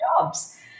jobs